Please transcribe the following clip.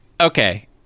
okay